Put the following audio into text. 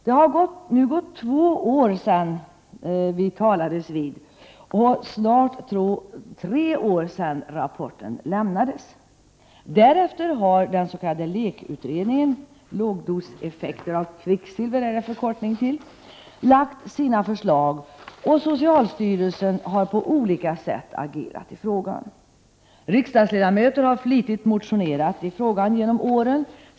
Det har nu gått två år sedan vi talades vid och snart tre år sedan rapporten lämnades. Därefter har den s.k. LEK-utredningen — lågdoseffekter av kvicksilver — lagt fram sina förslag. Socialstyrelsen har på olika sätt agerat i frågan. Riksdagsledamöter har flitigt motionerat i frågan genom åren.